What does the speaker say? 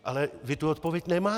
Ale vy tu odpověď nemáte.